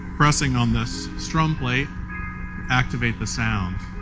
pressing on this strum play activate the sound.